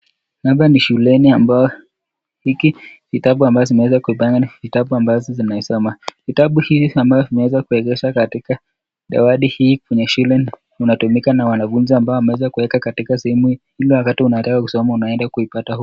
Hapa ni shule ambapo hiki vitabu ambazo zimeweza kupangwa ni vutabu vya unasoma. Vitabu hivi ambavyo vimeweza kuwekezwa katika dawati hii yaa shule zinatumika na wanafunzi ambao wameweza kuweka katika sehemu hii ili wakati unataka kuisoma unenda kuipata huku.